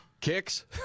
Kicks